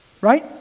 right